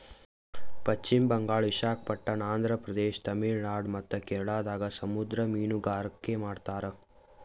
ಪಶ್ಚಿಮ್ ಬಂಗಾಳ್, ವಿಶಾಖಪಟ್ಟಣಮ್, ಆಂಧ್ರ ಪ್ರದೇಶ, ತಮಿಳುನಾಡ್ ಮತ್ತ್ ಕೇರಳದಾಗ್ ಸಮುದ್ರ ಮೀನ್ಗಾರಿಕೆ ಮಾಡ್ತಾರ